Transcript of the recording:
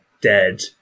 dead